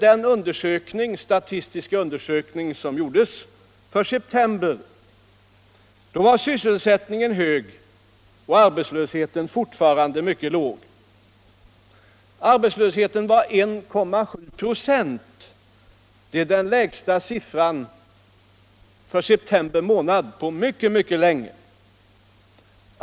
Enligt dem var sysselsättningen hög och arbetslösheten fortfarande mycket låg. Arbetslösheten var 1,7 96 — den lägsta septembersiffran på mycket länge.